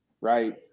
right